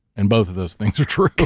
and both of those things are true.